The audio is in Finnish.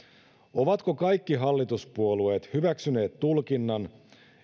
ovatko kaikki hallituspuolueet hyväksyneet tulkinnan